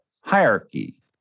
hierarchy